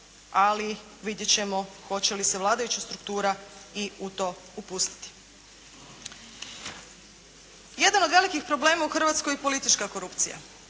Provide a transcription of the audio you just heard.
ali vidjeti ćemo hoće li se vladajuća struktura i u to upustiti. Jedan od velikih problema u Hrvatskoj je politička korupcija.